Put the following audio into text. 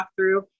walkthrough